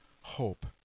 hope